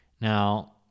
Now